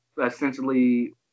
Essentially